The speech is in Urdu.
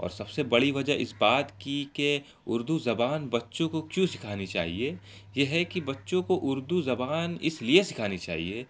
اور سب سے بڑی وجہ اس بات کی کہ اردو زبان بچوں کو کیوں سکھانی چاہیے یہ ہے کہ بچوں کو اردو زبان اس لیے سکھانی چاہیے